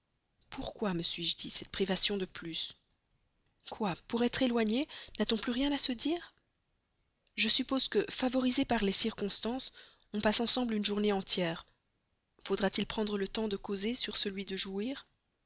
pourquoi me suis-je dit cette privation de plus quoi pour être éloignés n'a-t-on plus rien à se dire je suppose que favorisés par les circonstances on passe ensemble une journée entière faudra-t-il prendre le temps de causer sur celui de jouir